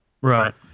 Right